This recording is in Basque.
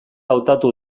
hautatu